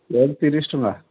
rate ତିରିଶି ଟଙ୍କା